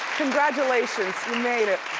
congratulations, you made it.